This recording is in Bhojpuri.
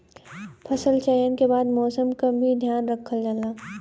फसल चयन के बाद मौसम क भी ध्यान रखल जाला